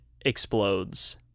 explodes